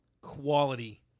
quality